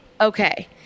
Okay